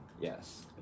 Yes